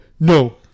no